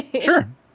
Sure